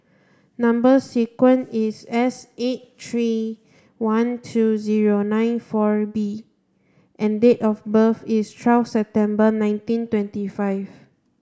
number sequence is S eight three one two zero nine four B and date of birth is twelve September nineteen twenty five